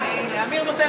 אני רק תוהה